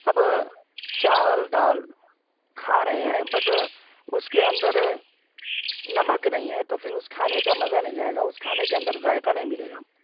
اب چاول دال کھا رہے ہیں بٹ اس کے اندر نمک نہیں ہے تو پھر اس کھانے کا مزہ نہیں آئے گا اس کھانے کے اندر ذائقہ نہیں ملے گا